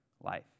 life